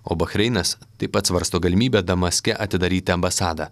o bahreinas taip pat svarsto galimybę damaske atidaryti ambasadą